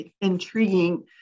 intriguing